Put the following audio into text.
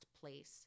place